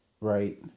right